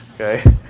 Okay